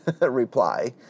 reply